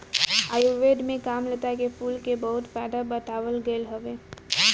आयुर्वेद में कामलता के फूल के बहुते फायदा बतावल गईल हवे